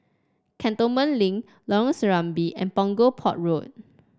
Cantonment Link Lorong Serambi and Punggol Port Road